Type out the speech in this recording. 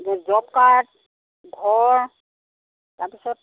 job card ঘৰ তাৰপিছত